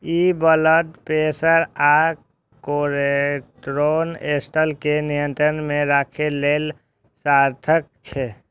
ई blood pressure आ cholesterol स्तर कें नियंत्रण मे राखै लेल सार्थक छै